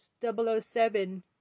007